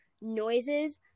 noises